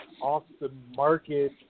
off-the-market